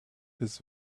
his